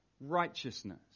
righteousness